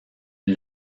une